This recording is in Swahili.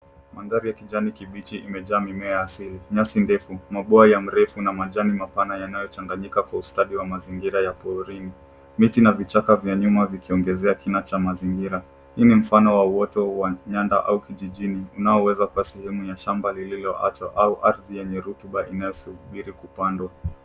Mandhari ya kijani kibichi imejaa mimea ya asili. Nyasi ndefu, maboa ya mrefu na majani mapana yanayochanganyika kwa ustadi wa mazingira ya porini. Miti na vichaka vya nyuma vikiongezea kina cha mazingira. Hii ni mfano ya uoto wa nyanda au kijijini unaoweza kuwa sehemu ya shamba lililoachwa au ardhi yenye rutuba inayosubiri kupandwa.